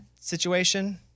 situation